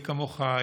מי כמוך יודע,